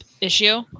issue